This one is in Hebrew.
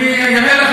אני אראה לך